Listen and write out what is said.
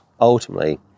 ultimately